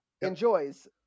Enjoys